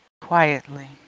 quietly